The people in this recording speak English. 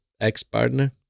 ex-partner